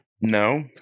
no